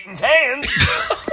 hands